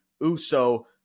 Uso